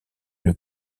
une